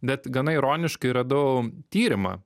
bet gana ironiškai radau tyrimą